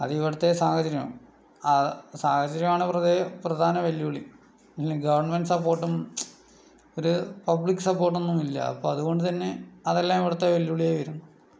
അതിവിടുത്തെ സാഹചര്യം ആണ് ആ സാഹചര്യമാണ് വെറുതെ പ്രധാന വെല്ലു വിളി ഇല്ല ഗവമെന്റ് സപ്പോർട്ടും ഒരു പബ്ലിക് സപ്പോർട്ടൊന്നും ഇല്ല അപ്പം അതുകൊണ്ട് തന്നെ അതെല്ലാം ഇവിടുത്തെ വെല്ലുവിളിയായി വരുന്നു